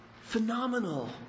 Phenomenal